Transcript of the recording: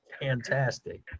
fantastic